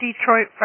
Detroit